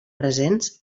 presents